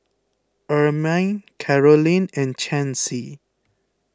Ermine Carolynn and Chancey